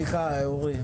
הרלב"ד.